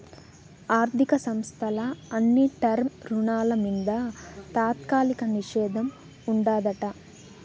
ఆర్థిక సంస్థల అన్ని టర్మ్ రుణాల మింద తాత్కాలిక నిషేధం ఉండాదట